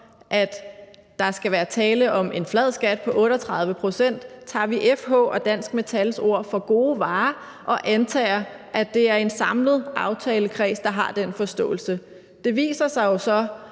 at der skal være tale om en flad skat på 38 pct., tager vi FH og Dansk Metals ord for gode varer og antager, at det er en samlet aftalekreds, der har den forståelse. Det viser sig jo så,